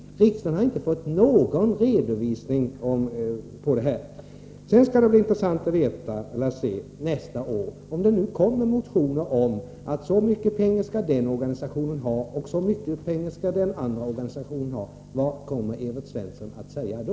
Riksdagen har inte fått någon redovisning på den punkten. Om det nästa år kommer motioner om att så och så mycket pengar skall den organisationen ha, och så och så mycket skall den andra organisationen ha — vad kommer Evert Svensson att säga då?